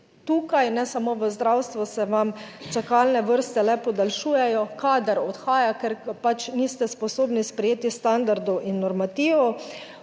tukaj ne samo v zdravstvu, se vam čakalne vrste le podaljšujejo, kader odhaja, ker pač niste sposobni sprejeti standardov in normativov,